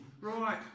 Right